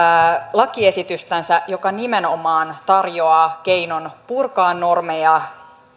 lakiesitystänsä joka nimenomaan tarjoaa keinon purkaa normeja